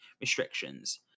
restrictions